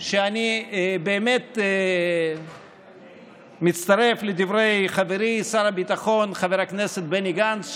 שאני באמת מצטרף לדברי חברי שר הביטחון חבר הכנסת בני גנץ.